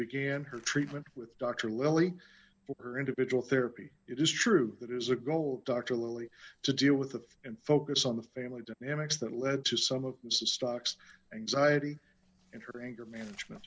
began her treatment with doctor lily her individual therapy it is true that is a goal doctor lee to deal with of and focus on the family dynamics that led to some of the stocks anxiety and her anger management